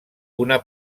una